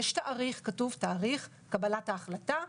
כתוב תאריך קבלת ההחלטה.